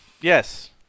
Yes